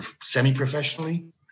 semi-professionally